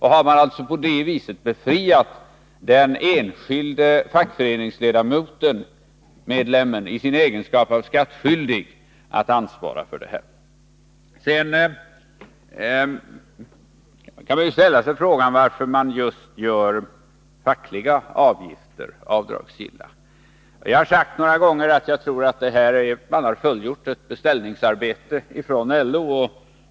Har man på det viset befriat den enskilde fackföreningsmedlemmen från att i sin egenskap av skattskyldig ansvara för detta? Frågan kan ställas varför man gör just fackföreningsavgifter avdragsgilla. Jag har sagt några gånger att jag tror att man har fullgjort ett beställningsarbete från LO.